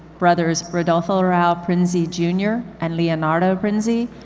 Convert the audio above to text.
brothers, rodolfo raul prinzi junior and leonardo prinzi,